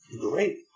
great